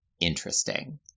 interesting